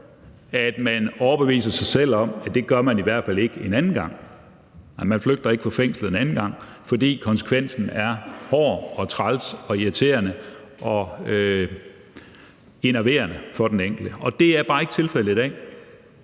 at man overbeviser sig selv om, at det gør man i hvert fald ikke en anden gang; man flygter ikke fra fængslet en anden gang, fordi konsekvensen er hård og træls og irriterende og enerverende for den enkelte. Det er bare ikke tilfældet i dag,